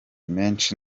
menshi